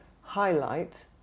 highlight